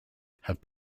have